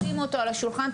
שימו אותו על השולחן,